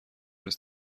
نیز